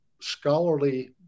scholarly